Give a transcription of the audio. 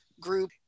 group